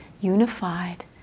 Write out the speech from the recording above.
unified